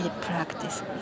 practice